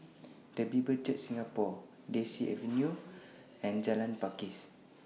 The Bible Church Singapore Daisy Avenue and Jalan Pakis